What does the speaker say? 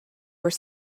were